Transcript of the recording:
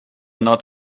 not